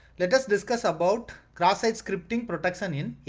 let us discuss ah about cross-site scripting protection in yeah